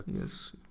yes